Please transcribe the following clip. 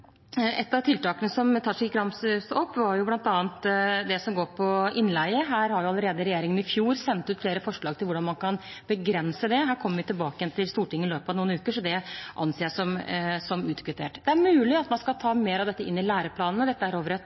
Et av tiltakene som Tajik ramset opp, var det som handler om innleie. Regjeringen sendte allerede i fjor ut flere forslag til hvordan man kan begrense det. Her kommer vi tilbake til Stortinget i løpet av noen uker, så det anser jeg som utkvittert. Det er mulig at man skal ta mer av dette inn i læreplanene. Da er vi over i et annet ansvarsområde enn mitt, dette